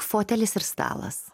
fotelis ir stalas